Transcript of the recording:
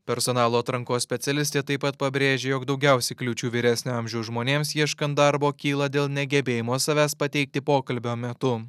personalo atrankos specialistė taip pat pabrėžė jog daugiausiai kliūčių vyresnio amžiaus žmonėms ieškant darbo kyla dėl negebėjimo savęs pateikti pokalbio metu